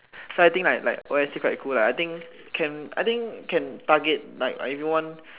so I think like like O_S_T quite cool like I think can I think can target like everyone